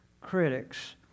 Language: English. critics